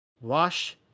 Wash